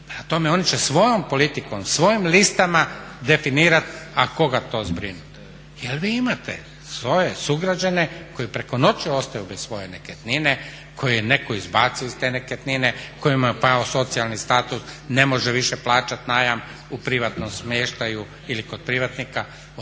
tome, oni će svojom politikom, svojim listama definirati a koga to zbrinuti. Jer vi imate svoje sugrađane koji preko noći ostaju bez svoje nekretnine, koje je netko izbacio iz te nekretnine, kojima je pao socijalni status, ne može više plaćati najam u privatnom smještaju ili kod privatnika. O tome